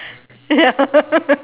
ya